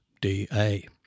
DA